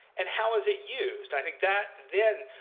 and how is it used? i think that, then,